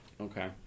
Okay